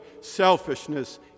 selfishness